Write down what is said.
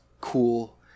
cool